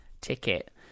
ticket